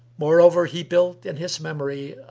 moreover, he built, in his memory,